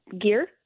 gear